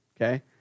okay